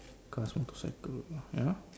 cause I went to